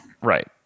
Right